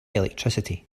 electricity